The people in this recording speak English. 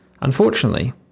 Unfortunately